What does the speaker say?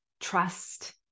trust